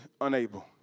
unable